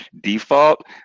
default